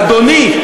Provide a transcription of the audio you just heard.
אדוני,